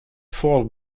fort